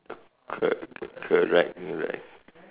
co~ correct correct